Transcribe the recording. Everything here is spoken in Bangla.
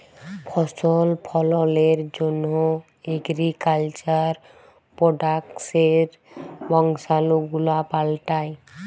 ফসল ফললের জন্হ এগ্রিকালচার প্রডাক্টসের বংশালু গুলা পাল্টাই